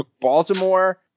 baltimore